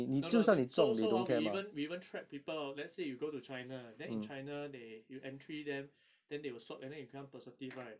no no they so so hor we even we even track people hor let's say you go to china and then in china they you entry there then they will swab and then you become positive right